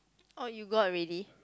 orh you got already